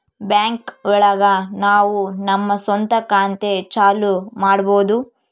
bank ಒಳಗ ನಾವು ನಮ್ ಸ್ವಂತ ಖಾತೆ ಚಾಲೂ ಮಾಡ್ಬೋದು